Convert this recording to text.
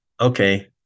okay